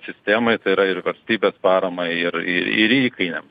sistemai tai yra ir valstybės paramai ir ir įkainiam